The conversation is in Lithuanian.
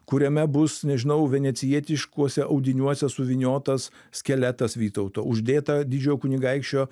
kuriame bus nežinau venecijietiškuose audiniuose suvyniotas skeletas vytauto uždėta didžiojo kunigaikščio